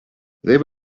they